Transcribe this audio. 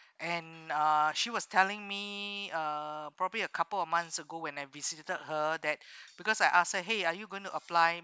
and uh she was telling me uh probably a couple of months ago when I visited her dad because I ask !hey! are you going to apply